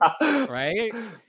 right